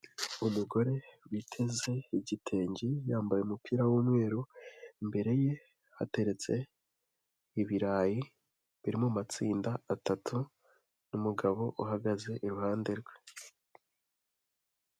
Umugore witeze igitenge yambaye umupira w'umweru, imbere ye hateretse ibirayi biri mu matsinda atatu n'umugabo uhagaze iruhande rwe.